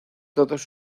todos